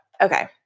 okay